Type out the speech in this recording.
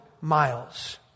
miles